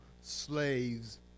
slaves